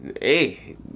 Hey